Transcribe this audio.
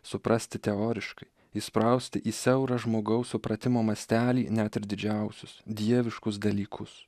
suprasti teoriškai įsprausti į siaurą žmogaus supratimo mastelį net ir didžiausius dieviškus dalykus